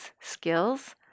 skills